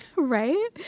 Right